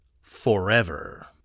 Forever